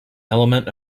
element